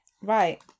Right